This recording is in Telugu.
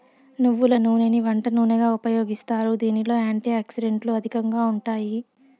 నువ్వుల నూనెని వంట నూనెగా ఉపయోగిస్తారు, దీనిలో యాంటీ ఆక్సిడెంట్లు అధికంగా ఉంటాయి